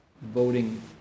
voting